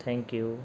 thank you